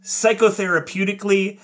psychotherapeutically